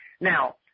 Now